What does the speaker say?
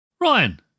ryan